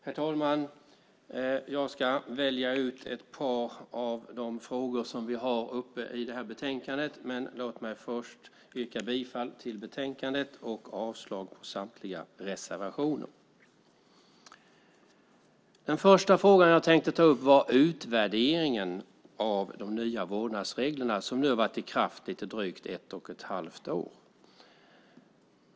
Herr talman! Jag ska välja ut några av de frågor som vi har uppe i det här betänkandet. Men låt mig först yrka bifall till förslaget i betänkandet och avslag på samtliga reservationer. Den första frågan jag tänkte ta upp var utvärderingen av de nya vårdnadsreglerna som nu har varit i kraft i lite drygt ett och ett halvt år.